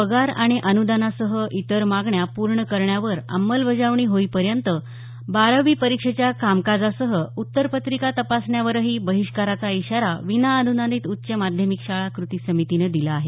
पगार आणि अनुदानासह इतर मागण्या पूर्ण करण्यावर अंमलबजावणी होईपर्यंत बारावी परीक्षेच्या कामकाजासह उत्तरपत्रिका तपासण्यावरही बहिष्काराचा इशारा विना अनुदानित उच्च माध्यमिकशाळा कृती समितीने दिला आहे